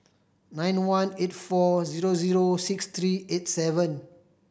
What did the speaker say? nine one eight four zero zero six three eight seven